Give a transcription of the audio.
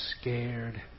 scared